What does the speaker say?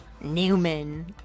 Newman